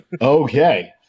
Okay